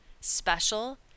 Special